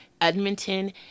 Edmonton